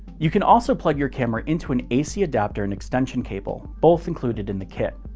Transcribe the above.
you can also plug your camera into an ac adapter and extension cable, both included in the kit.